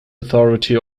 authority